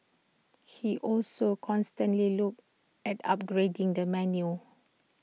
he also constantly looks at upgrading the menu